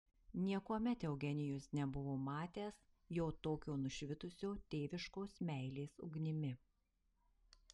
niekuomet eugenijus nebuvo matęs jo tokio nušvitusio tėviškos meilės ugnimi